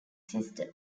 system